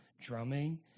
drumming